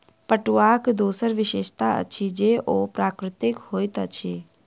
पटुआक दोसर विशेषता अछि जे ओ प्राकृतिक होइत अछि